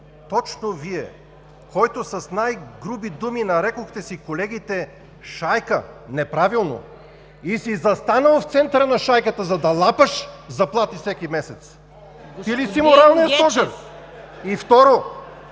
точно Вие, който с най груби думи нарекохте колегите си „шайка”, неправилно, и си застанал в центъра на шайката, за да лапаш заплати всеки месец, ти ли си моралният стожер?!